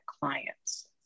clients